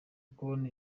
kubona